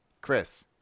Chris